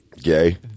gay